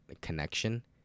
connection